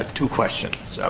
two questions.